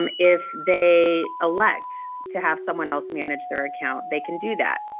um if they elect to have someone else manage their account, they can do that.